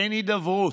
אין הידברות,